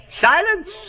Silence